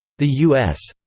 the u s.